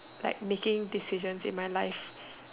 like making decisions in my life